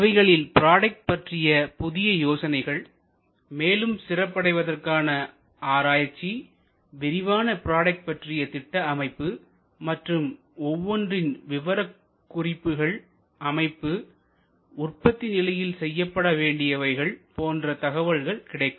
இவைகளில் ப்ராடக்ட் பற்றிய புதிய யோசனைகள்மேலும் சிறப்பு அடைவதற்கான ஆராய்ச்சி விரிவான ப்ராடக்ட் பற்றிய திட்டஅமைப்பு மற்றும் ஒவ்வொன்றின் விவரக்குறிப்புகள் அமைப்பு உற்பத்தி நிலையில் செய்யப்படவேண்டியவைகள் போன்ற தகவல் கிடைக்கும்